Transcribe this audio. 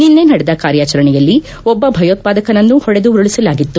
ನಿನ್ನೆ ನಡೆದ ಕಾರ್ಯಾಚರಣೆಯಲ್ಲಿ ಒಬ್ಲ ಭಯೋತ್ವಾದಕನನ್ನು ಹೊಡೆದು ಉರುಳಿಸಲಾಗಿತ್ತು